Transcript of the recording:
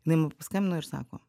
jinai man paskambino ir sako